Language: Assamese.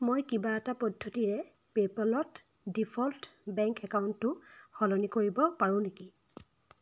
মই কিবা এটা পদ্ধতিৰে পে'পলত ডিফ'ল্ট বেংক একাউণ্টটো সলনি কৰিব পাৰোঁ নেকি